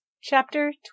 Chapter